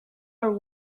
are